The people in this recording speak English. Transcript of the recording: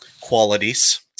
qualities